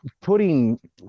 putting